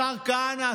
השר כהנא,